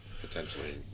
Potentially